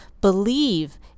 believe